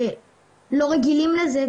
ולא רגילים לזה,